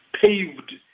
paved